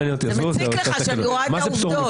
זה מציק לך שאני רואה את העובדות.